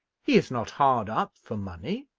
he is not hard up for money.